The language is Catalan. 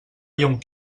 lyon